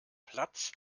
platz